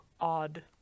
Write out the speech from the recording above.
odd